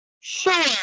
Sure